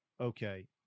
okay